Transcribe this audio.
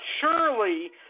surely